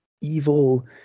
evil